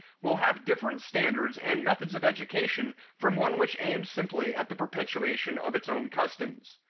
will have different standards and methods of education from one which aims simply at the perpetuation of its own customs.